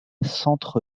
s’entre